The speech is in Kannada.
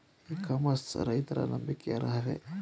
ಇ ಕಾಮರ್ಸ್ ರೈತರ ನಂಬಿಕೆಗೆ ಅರ್ಹವೇ?